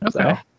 Okay